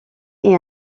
est